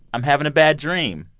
i'm having a bad dream.